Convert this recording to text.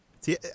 See